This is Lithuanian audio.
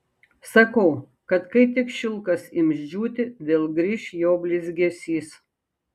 sakau kad kai tik šilkas ims džiūti vėl grįš jo blizgesys